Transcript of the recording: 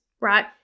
right